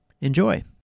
Enjoy